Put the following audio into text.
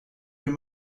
wir